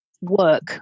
work